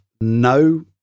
no